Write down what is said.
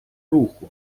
руху